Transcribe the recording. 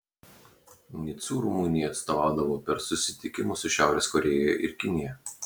nicu rumunijai atstovaudavo per susitikimus su šiaurės korėja ir kinija